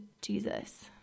Jesus